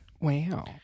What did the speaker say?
Wow